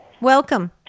Welcome